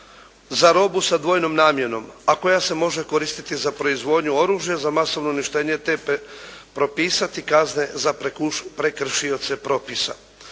za robu sa dvojnom namjenom, a koja se može koristiti za proizvodnju oružja za masovno uništenje te propisati kazne za prekršioce propisa.